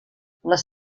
les